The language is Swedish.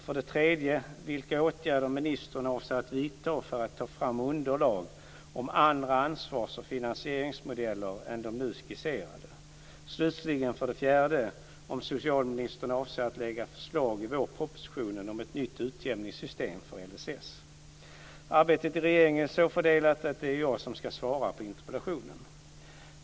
För det tredje vilka åtgärder ministern avser att vidta för att ta fram underlag om andra ansvars och finansieringsmodeller än de nu skisserade. Slutligen för det fjärde om socialministern avser att lägga förslag i vårpropositionen om ett nytt utjämningssystem för LSS. Arbetet i regeringen är så fördelat att det är jag som ska svara på interpellationen.